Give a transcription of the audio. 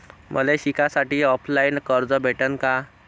मले शिकासाठी ऑफलाईन कर्ज भेटन का?